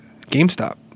GameStop